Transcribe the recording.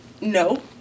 no